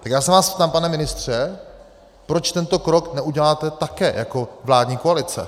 Tak já se vás ptám, pane ministře, proč tento krok neuděláte také jako vládní koalice?